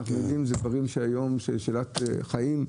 אלה דברים שהם היום שאלת חיים,